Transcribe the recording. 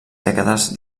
dècades